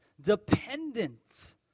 dependent